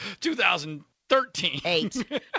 2013